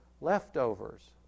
leftovers